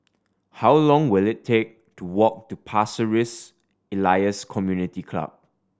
how long will it take to walk to Pasir Ris Elias Community Club